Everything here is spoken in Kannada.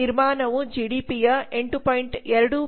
ನಿರ್ಮಾಣವು ಜಿಡಿಪಿಯ 8